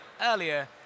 earlier